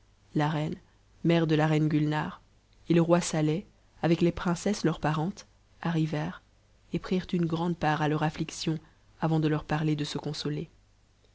a reine mère de la j ine gulnare et le roi saleh avec les princesses leurs parentes arrivèrent et prirent une grande part à leur affliction avant de leur parler de se consoler